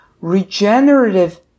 regenerative